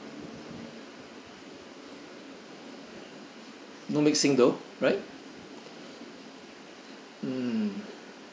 no mixing though right mm